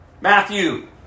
Matthew